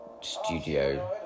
studio